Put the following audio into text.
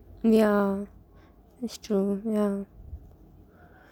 ya that's true ya